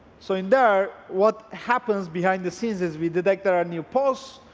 so in there what happens behind the scenes is we detect there are new posts,